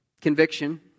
conviction